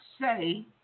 say